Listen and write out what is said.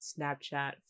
Snapchat